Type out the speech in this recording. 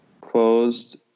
Closed